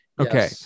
okay